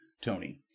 Tony